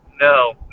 No